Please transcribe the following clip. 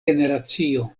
generacio